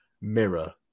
mirror